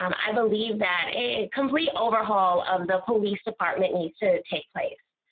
um i believe that a complete overhaul of the police department needs to take place.